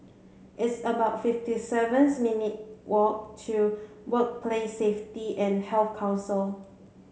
it's about fifty sevens minute walk to Workplace Safety and Health Council